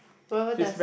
why what does